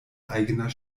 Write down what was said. eigener